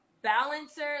balancer